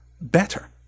better